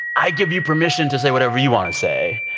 i give you permission to say whatever you want to say.